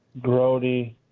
grody